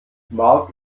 marc